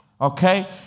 okay